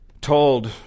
told